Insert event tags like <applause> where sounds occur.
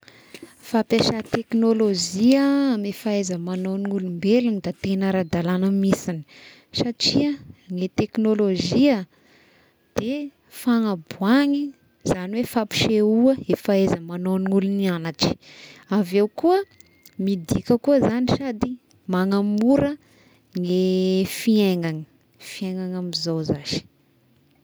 <noise> Fampiasà teknôlojia amy fahaiza manao ny olombelogna da tegna ara-dalagna mihisigny satria gny teknôlojia de fagnabohagny izany hoe fampisehoa i fahaiza manao ny olo nianatry, avy eo koa midika koa zagny sady magnamora ny fiaignany fiaignana am'izao zashy.